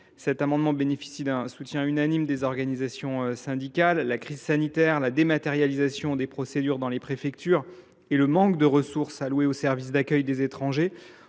Cet amendement bénéficie d’un soutien unanime des organisations syndicales. La crise sanitaire, la dématérialisation des procédures traditionnellement réalisées dans les préfectures et le manque de ressources allouées aux services d’accueil des étrangers